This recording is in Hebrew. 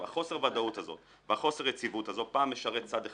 חוסר הוודאות הזה וחוסר היציבות הזה פעם משרת צד אחד,